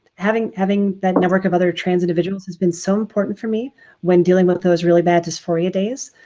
having having that network of other trans individuals has been so important for me when dealing with those really bad dysphoria days.